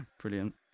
Brilliant